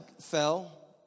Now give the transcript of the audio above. fell